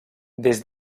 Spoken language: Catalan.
des